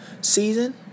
season